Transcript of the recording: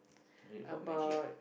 I read about magic